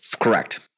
Correct